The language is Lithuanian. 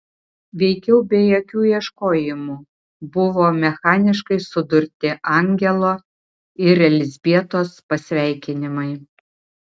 veikiau be jokių ieškojimų buvo mechaniškai sudurti angelo ir elzbietos pasveikinimai